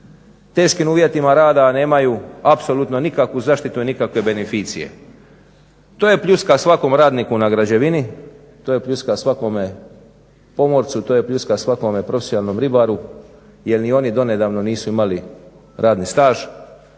teškim uvjetima rada, a nemaju apsolutno nikakvu zaštitu i nikakve beneficije? To je pljuska svakom radniku na građevini, to je pljuska svakome pomorcu, to je pljuska svakome profesionalnom ribaru jer ni oni donedavno nisu imali radni staž,